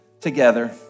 together